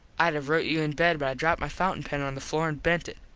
id have rote you in bed but i dropped my fountin pen on the floor an bent it.